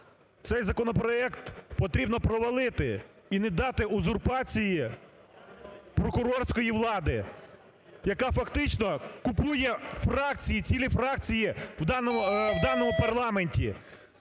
Цей законопроект потрібно провалити і не дати узурпації прокурорської влади, яка фактично купує фракції, цілі фракції в даному парламенті,